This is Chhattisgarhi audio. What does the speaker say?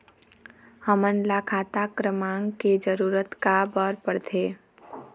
हमन ला खाता क्रमांक के जरूरत का बर पड़थे?